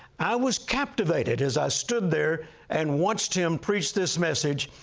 i was captivated as i stood there and watched him preach this message,